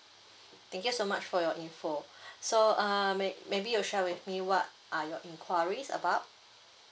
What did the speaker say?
thank you so much for your info so uh may maybe you share with me what are your enquiries about